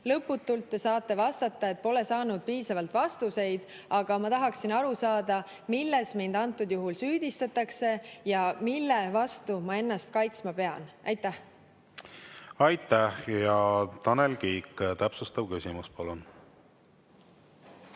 lõputult te saate vastata, et te pole saanud piisavalt vastuseid, aga ma tahaksin aru saada, milles mind antud juhul süüdistatakse ja mille vastu ma ennast kaitsma pean. Aitäh! Tanel Kiik, täpsustav küsimus, palun!